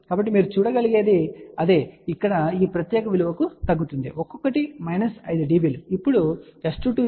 కాబట్టి మీరు చూడగలిగేది అదే ఇక్కడ ఈ ప్రత్యేక విలువకు తగ్గుతుంది ఒక్కొక్కటి 5 dB